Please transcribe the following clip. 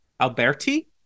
Alberti